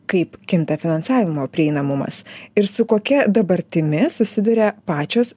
kaip kinta finansavimo prieinamumas ir su kokia dabartimi susiduria pačios